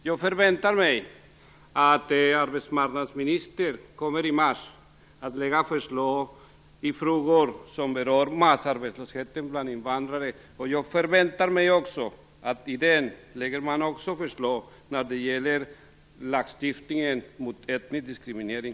Jag förväntar mig att arbetsmarknadsministern i mars kommer att lägga fram förslag i frågor som berör massarbetslösheten hos invandrare. Jag förväntar mig också att man då lägger fram förslag när det gäller lagstiftningen mot etnisk diskriminering.